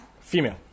Female